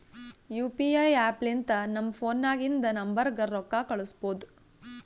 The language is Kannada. ಯು ಪಿ ಐ ಆ್ಯಪ್ ಲಿಂತ ನಮ್ ಫೋನ್ನಾಗಿಂದ ನಂಬರ್ಗ ರೊಕ್ಕಾ ಕಳುಸ್ಬೋದ್